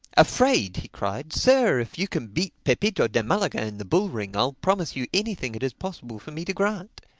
afraid! he cried, sir, if you can beat pepito de malaga in the bull-ring i'll promise you anything it is possible for me to grant.